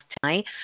tonight